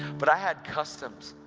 but i had customs.